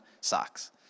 socks